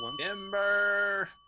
Timber